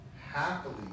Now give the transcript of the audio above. happily